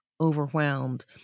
overwhelmed